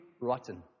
rotten